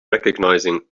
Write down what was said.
recognizing